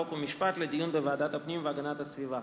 חוק ומשפט לדיון בוועדת הפנים והגנת הסביבה.